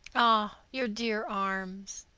ah, your dear arms!